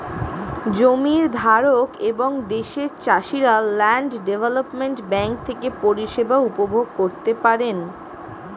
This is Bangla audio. জমির ধারক এবং দেশের চাষিরা ল্যান্ড ডেভেলপমেন্ট ব্যাঙ্ক থেকে পরিষেবা উপভোগ করতে পারেন